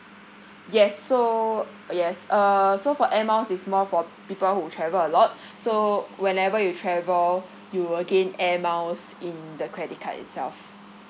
yes so yes uh so for air miles is more for people who travel a lot so whenever you travel you will gain air miles in the credit card itself